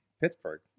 Pittsburgh